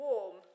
Warm